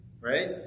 Right